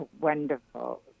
wonderful